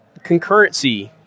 concurrency